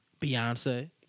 Beyonce